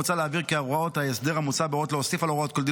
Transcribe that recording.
מוצע להבהיר כי הוראות ההסדר המוצע באות להוסיף על הוראות כל דין,